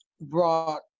brought